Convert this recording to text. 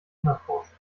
unerforscht